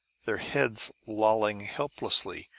their heads, lolling helplessly,